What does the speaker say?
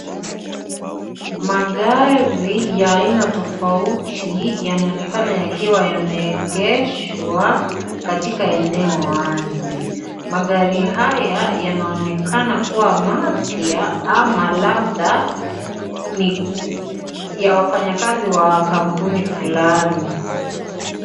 Magari ya aina tofauti yanaonekana yakiwa yameegeshwa katika eneo wazi. Magari haya yanaonekana kuwa mapya ama labda ni ya wafanyakazi wa kampuni fulani.